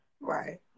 Right